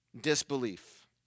Disbelief